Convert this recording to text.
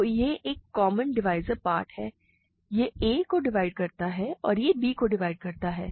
तो यह एक कॉमन डिवाइज़र पार्ट है यह a को डिवाइड करता है और यह b को डिवाइड करता है